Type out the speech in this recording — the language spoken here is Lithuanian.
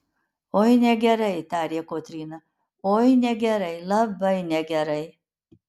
oi negerai tarė kotryna oi negerai labai negerai